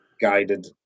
guided